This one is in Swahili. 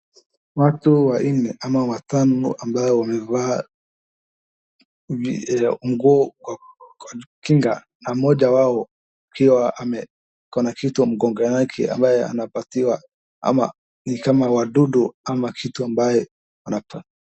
Watu wanne ama watano ambao wamevaa nguo ya kinga na mmoja wao akiwa ako na kitu mgongo yake ambayo anapatiwa ama ni kama wadudu ama kitu ambayo wanatoa.